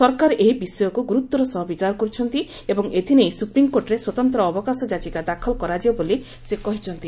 ସରକାର ଏହି ବିଷୟକୁ ଗୁରୁତ୍ୱର ସହ ବିଚାର କରୁଚନ୍ତି ଏବଂ ଏଥିନେଇ ସ୍ରପ୍ରିମ୍କୋର୍ଟରେ ସ୍ୱତନ୍ତ ଅବକାଶ ଯାଚିକା ଦାଖଲ କରାଯିବ ବୋଲି ସେ କହିଚ୍ଛନ୍ତି